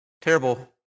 terrible